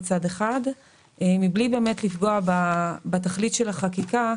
ומצד שני בלי לפגוע בתכלית של החקיקה,